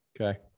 Okay